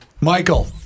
Michael